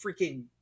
freaking